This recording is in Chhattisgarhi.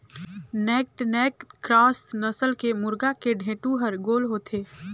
नैक्ड नैक क्रास नसल के मुरगा के ढेंटू हर गोल होथे